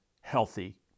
healthy